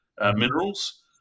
minerals